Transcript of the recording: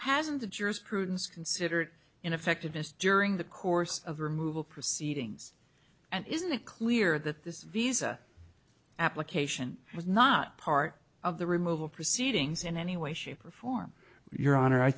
hasn't the jurors prudence considered ineffectiveness during the course of removal proceedings and isn't it clear that this visa application was not part of the removal proceedings in any way shape or form your honor i